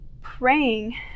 praying